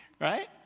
Right